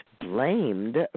blamed